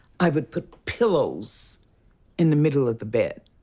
i would put pillows in the middle of the bed,